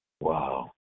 Wow